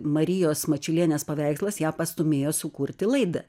marijos mačiulienės paveikslas ją pastūmėjo sukurti laidą